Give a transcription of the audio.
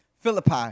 Philippi